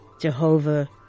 Jehovah